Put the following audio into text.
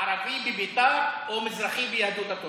ערבי בבית"ר או מזרחי ביהדות התורה?